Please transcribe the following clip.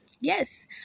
Yes